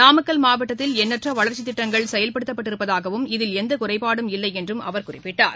நாமக்கல் மாவட்டத்தில் எண்ணற்ற வளர்ச்சித் திட்டங்கள் செயல்படுத்தப்பட்டு இருப்பதாகவும் இதில் எந்த குறைபாடும் இல்லை என்றும் அவர் குறிப்பிட்டார்